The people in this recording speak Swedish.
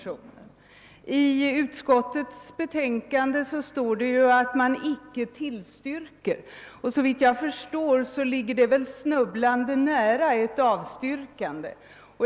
I utskottets utlåtande heter det emellertid att utskottet icke tillstyrker motionen och, såvitt jag förstår, ligger väl detta snubblande nära ett avstyrkande.